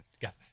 Got